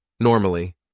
Normally